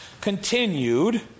continued